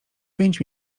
pięć